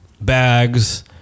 bags